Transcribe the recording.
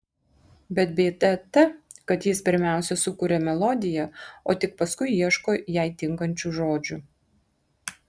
bet bėda ta kad jis pirmiausia sukuria melodiją o tik paskui ieško jai tinkančių žodžių